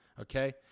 okay